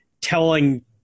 telling